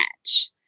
match